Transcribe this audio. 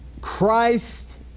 Christ